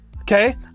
Okay